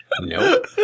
Nope